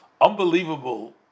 unbelievable